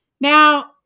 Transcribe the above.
Now